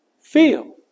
feel